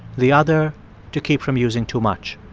the other to keep from using too much.